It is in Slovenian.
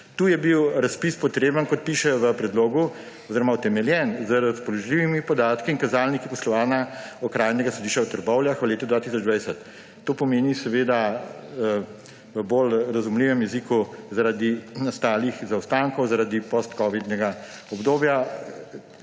Tu je bil razpis potreben, kot piše v predlogu oziroma utemeljen z razpoložljivimi podatki in kazalniki poslovanja Okrajnega sodišča v Trbovljah v letu 2020. To pomeni seveda v bolj razumljivem jeziku, zaradi nastalih zaostankov, zaradi postcovidnega obdobja,